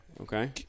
Okay